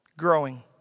growing